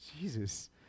Jesus